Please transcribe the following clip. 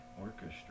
orchestra